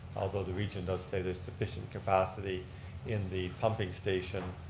although the region does say there's sufficient capacity in the pumping station